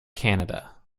canada